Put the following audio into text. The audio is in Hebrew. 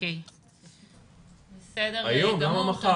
בסדר גמור.